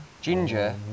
Ginger